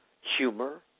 humor